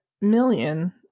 million